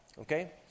Okay